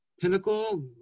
pinnacle